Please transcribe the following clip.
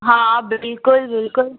हा बिल्कुलु बिल्कुलु